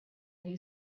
who